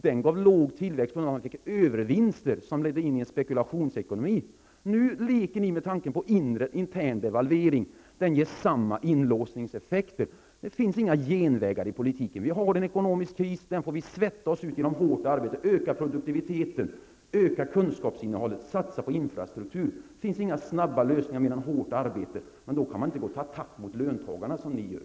Den gav låg tillväxt, och vi fick övervinster som ledde oss in i en spekulationsekonomi. Nu leker ni med tanken på en inre, en intern devalvering. Den ger samma inlåsningseffekter. Det finns inga genvägar i politiken. Vi har en ekonomisk kris. Den får vi svetta oss ur genom hårt arbete för att öka produktiviteten, öka kunskapsinnehållet och satsa på infrastruktur. Det finns inga snabba lösningar utan bara hårt arbete. Men då kan man inte gå till attack mot löntagarna som ni gör.